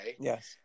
yes